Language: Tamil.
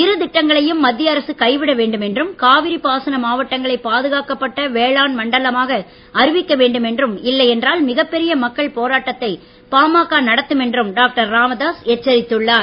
இரு திட்டங்களையும் மத்திய அரசு கைவிட வேண்டும் என்றும் காவிரி பாசன மாவட்டங்களை பாதுகாக்கப்பட்ட வேளாண் மண்டலமாக அறிவிக்க வேண்டும் என்றும் இல்லையென்றால் மிகப்பெரிய மக்கள் போராட்டத்தை பாமக நடத்தும் என்றும் டாகடர் ராமதாஸ் எச்சரித்துள்ளார்